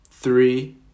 three